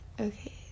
okay